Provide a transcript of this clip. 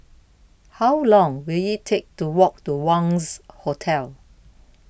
How Long Will IT Take to Walk to Wangz Hotel